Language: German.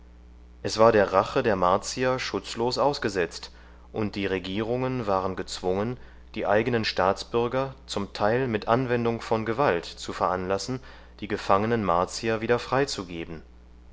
es war der rache der martier schutzlos ausgesetzt und die regierungen waren gezwungen die eignen staatsbürger zum teil mit anwendung von gewalt zu veranlassen die gefangenen martier wieder freizugeben